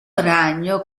ragno